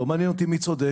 ולא מעניין אותי מי צודק.